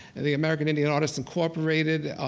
and the american indian artists incorporated,